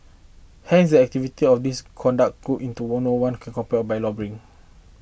hence the activity of these conduct group into one or one could compared by lobbying